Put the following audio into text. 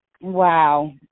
Wow